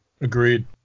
Agreed